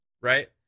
Right